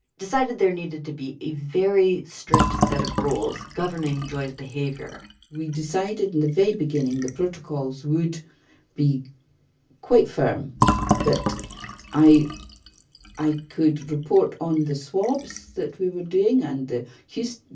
decided there needed to be a very strict set of rules governing joy's behavior we decided in the very beginning the protocols would be quite firm that i i could report on the swabs that we were doing and the q-tips,